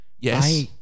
Yes